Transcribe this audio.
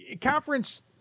Conference